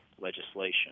legislation